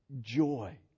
joy